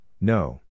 no